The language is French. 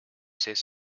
sait